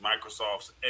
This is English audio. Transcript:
Microsoft's